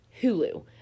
Hulu